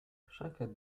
chacun